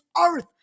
earth